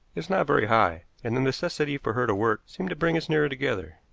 is not very high, and the necessity for her to work seemed to bring us nearer together.